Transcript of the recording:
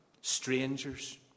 Strangers